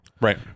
Right